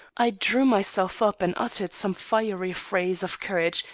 i drew myself up and uttered some fiery phrase of courage,